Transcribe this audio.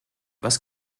was